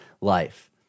life